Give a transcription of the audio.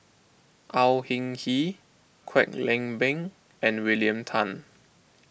Au Hing Yee Kwek Leng Beng and William Tan